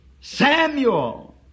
Samuel